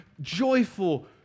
joyful